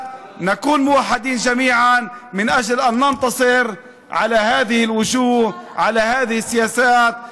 עלינו להיות מאוחדים כדי שננצח את הפָנים האלה ואת המדיניות הזאת.